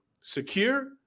secure